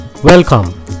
Welcome